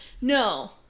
No